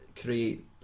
create